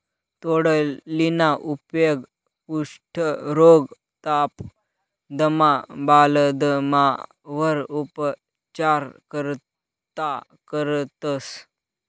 तोंडलीना उपेग कुष्ठरोग, ताप, दमा, बालदमावर उपचार करता करतंस